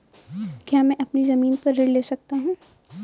क्या मैं अपनी ज़मीन पर ऋण ले सकता हूँ?